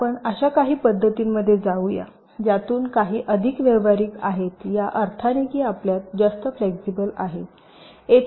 आता आपण अशा काही पध्दतींमध्ये जाऊ या ज्यातून काही अधिक व्यावहारिक आहेत या अर्थाने की आपल्यात जास्त फ्लेक्सिबल आहे